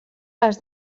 les